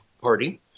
Party